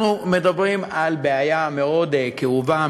אנחנו מדברים על בעיה מאוד כאובה,